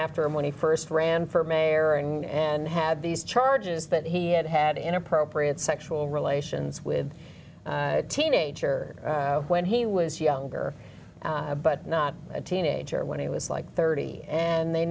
after him when he st ran for mayor and and had these charges that he had had inappropriate sexual relations with a teenager when he was younger but not a teenager when he was like thirty and they